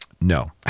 no